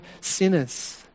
sinners